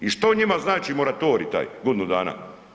I što njima znači moratorij taj godinu dana?